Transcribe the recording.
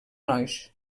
nois